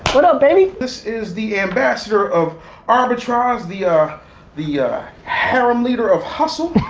what up baby? this is the ambassador of arbitrage, the ah the hiram leader of hustle,